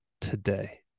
today